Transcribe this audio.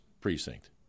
precinct